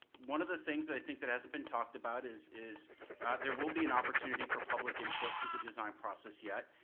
one of the things that i think that hasn't been talked about is is there will be an opportunity for public input through the design process yet.